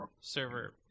server